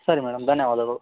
ಸರಿ ಮೇಡಮ್ ಧನ್ಯವಾದಗಳು